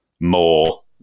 more